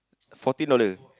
forty dollar